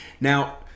Now